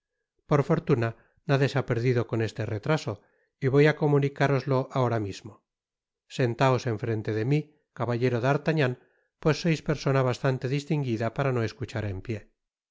por fortuna nada se ha perdido con este retraso y voy á comunicároslo ahora mismo sentaos en frente de mí caballero d'artagnan pues sois persona bastante distinguida para no escuchar en pié